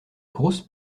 grosse